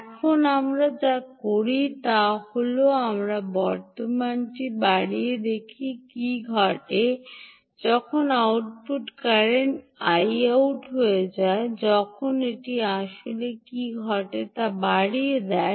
এখন আমরা যা করি তা হল আমরা বর্তমানটি বাড়িয়ে দেখি কী ঘটে যখন আউটপুট কারেন্ট আই আউট হয়ে যায় যখন এটি আসলে কী ঘটে তা বাড়িয়ে দেয়